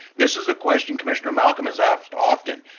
this is a question commissioner malcolm is asked often.